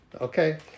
Okay